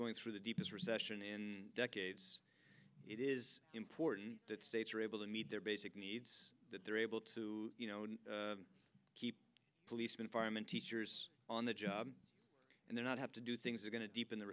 going through the deepest recession in decades it is important that states are able to meet their basic needs that they're able to you know keep policemen firemen teachers on the job and they're not have to do things are going to deepen the